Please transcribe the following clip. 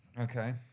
Okay